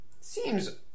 seems